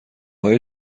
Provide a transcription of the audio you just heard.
های